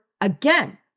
again